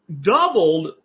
doubled